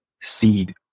seed